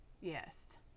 Yes